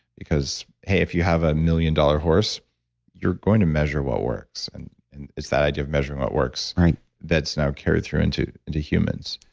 because, hey, if you have a million dollar horse you're going to measure what works. and and it's the idea of measuring what works that's now carried through into into humans.